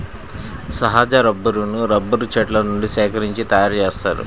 సహజ రబ్బరును రబ్బరు చెట్ల నుండి సేకరించి తయారుచేస్తారు